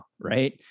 right